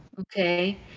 okay